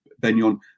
Benyon